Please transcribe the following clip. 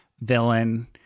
villain